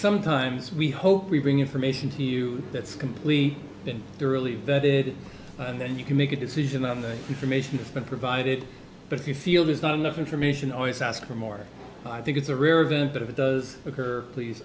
sometimes we hope we bring information to you that's completely been thoroughly vetted and then you can make a decision on the information provided but if you feel there's not enough information always ask for more i think it's a rare event but if it does occur please